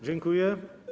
Dziękuję.